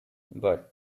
but